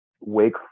wake